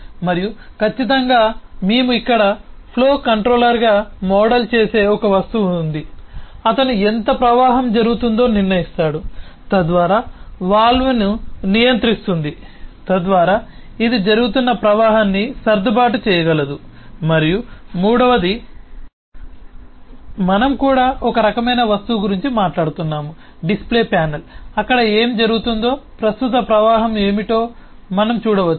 మరియు ఖచ్చితంగా మేము ఇక్కడ ఫ్లో కంట్రోలర్గా మోడల్ చేసే ఒక వస్తువు ఉంది అతను ఎంత ప్రవాహం జరుగుతుందో నిర్ణయిస్తాడు తద్వారా వాల్వ్ను నియంత్రిస్తుంది తద్వారా ఇది జరుగుతున్న ప్రవాహాన్ని సర్దుబాటు చేయగలదు మరియు మూడవది మనం కూడా ఒక రకమైన వస్తువు గురించి మాట్లాడుతున్నాము డిస్ప్లే ప్యానెల్ అక్కడ ఏమి జరుగుతుందో ప్రస్తుత ప్రవాహం ఏమిటో మనం చూడవచ్చు